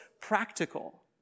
practical